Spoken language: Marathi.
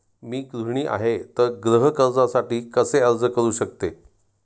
मी गृहिणी आहे तर गृह कर्जासाठी कसे अर्ज करू शकते?